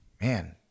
man